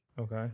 okay